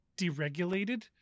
deregulated